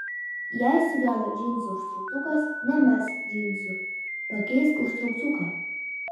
jei sugedo džinsų užtrauktukas nemesk džinsų pakeisk užtrauktuką